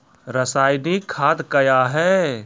रसायनिक खाद कया हैं?